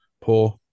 poor